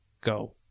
Go